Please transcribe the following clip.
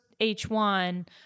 H1